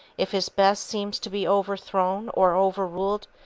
if his best seem to be overthrown or overruled,